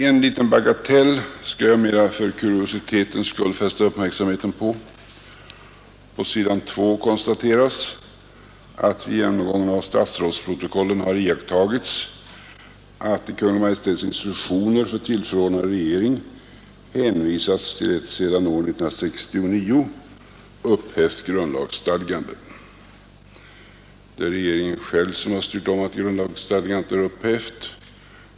En liten bagatell skall jag mera för kuriositetens skull fästa uppmärksamheten på. På s. 2 i betänkandet konstateras att ”vid genomgången av statsrådsprotokollen iakttagits att i Kungl. Maj:ts instruktioner för t. f. regering hänvisats till ett sedan år 1969 upphävt grundlagsstadgande”. Det är regeringen själv som har styrt om att grundlagsstadgandet är upphävt.